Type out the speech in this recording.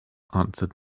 answered